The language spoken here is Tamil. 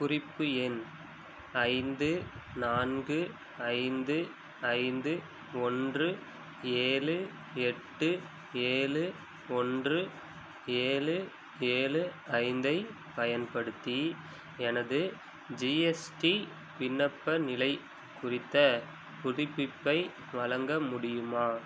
குறிப்பு எண் ஐந்து நான்கு ஐந்து ஐந்து ஒன்று ஏழு எட்டு ஏழு ஒன்று ஏழு ஏழு ஐந்தைப் பயன்படுத்தி எனது ஜிஎஸ்டி விண்ணப்ப நிலை குறித்த புதுப்பிப்பை வழங்க முடியுமா